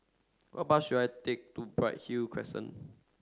which bus should I take to Bright Hill Crescent